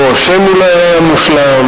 לא השם היה מושלם,